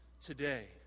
today